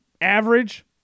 average